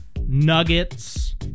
Nuggets